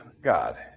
God